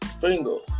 fingers